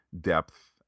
depth